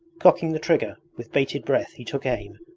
cocking the trigger, with bated breath he took aim,